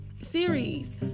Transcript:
Series